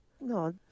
no